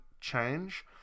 change